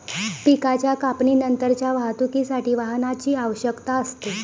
पिकाच्या कापणीनंतरच्या वाहतुकीसाठी वाहनाची आवश्यकता असते